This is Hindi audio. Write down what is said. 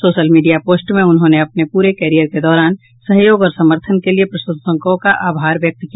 सोशल मीडिया पोस्ट में उन्होंने अपने पूरे करियर के दौरान सहयोग और समर्थन के लिये प्रशंसकों का आभार व्यक्त किया